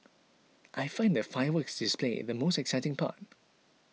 I find the fireworks display the most exciting part